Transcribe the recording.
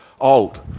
old